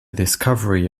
discovery